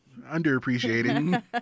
underappreciated